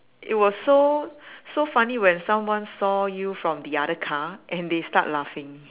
it was so so funny when someone saw you from the other car and they start laughing